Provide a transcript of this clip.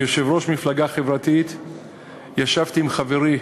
כיושב-ראש מפלגה חברתית ישבתי עם חברי,